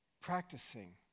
Practicing